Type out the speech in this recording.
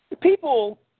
People